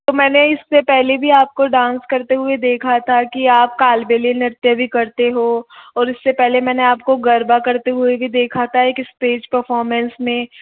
तो मैंने इससे पहले भी आपको डांस करते हुआ देखा था कि आप कालबेलिया नृत्य भी करते हो और उससे पहले मैंने आपको गरबा करते हुआ भी देखा था एक स्टेज परफोमेंस में